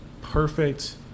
perfect